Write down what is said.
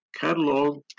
catalog